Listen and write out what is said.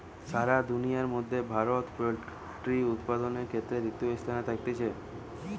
সারা দুনিয়ার মধ্যে ভারতে পোল্ট্রি উপাদানের ক্ষেত্রে তৃতীয় স্থানে থাকতিছে